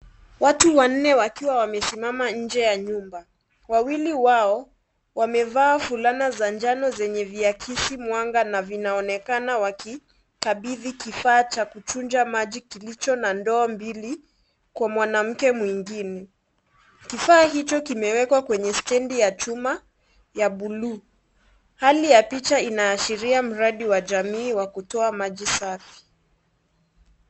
Watu wanne wakiwa wamesimama nje ya nyumba, wawili wao wamevaa fulana za njano zenye viakisimwanga na vinaonekana wakikabidhi kifaa cha kuchunja maji kilicho na ndoo mbili kwa mwanamke mwengine. Kifaa hicho kimewekwa kwenye stendi ya chuma ya buluu. Hali ya picha inaashiria mradi wa jamii wa kutoa maji safi.